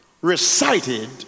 recited